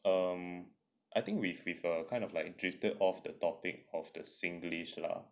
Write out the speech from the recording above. um I think we've we've kind of like drifted off the topic of the singlish lah